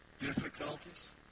difficulties